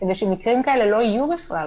כדי שמקרים כאלה לא יהיו בכלל?